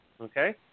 okay